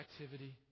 activity